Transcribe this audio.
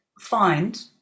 find